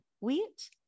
wheat